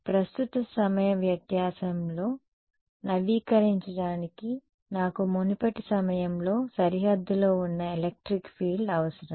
ప్రస్తుత సమయ వ్యత్యాసంలో నవీకరించడానికి నాకు మునుపటి సమయంలో సరిహద్దులో ఉన్న ఎలక్ట్రిక్ ఫీల్డ్ అవసరం